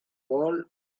well